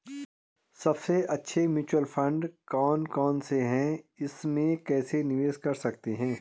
सबसे अच्छे mutual fund कौन कौनसे हैं इसमें कैसे निवेश कर सकते हैं?